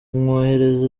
kumwoherereza